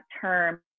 term